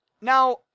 Now